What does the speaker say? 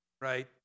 right